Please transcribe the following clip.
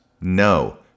No